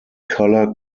colour